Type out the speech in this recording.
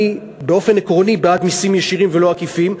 אני באופן עקרוני בעד מסים ישירים ולא עקיפים,